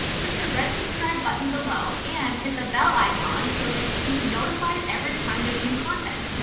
click the red subscribe button below and hit the bell icon so that you can be notified every time there's new content.